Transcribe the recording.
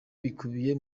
bikubiye